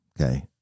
Okay